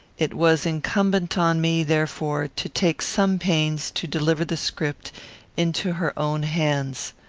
it was incumbent on me, therefore, to take some pains to deliver the script into her own hands.